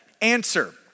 Answer